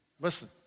listen